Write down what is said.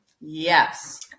Yes